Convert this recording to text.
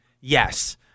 Yes